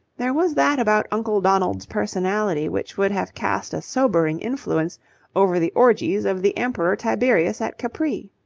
there was that about uncle donald's personality which would have cast a sobering influence over the orgies of the emperor tiberius at capri.